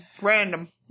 Random